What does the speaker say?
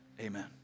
Amen